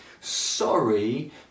Sorry